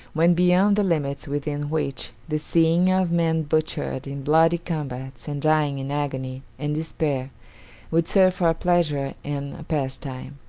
went beyond the limits within which the seeing of men butchered in bloody combats and dying in agony and despair would serve for a pleasure and a pastime.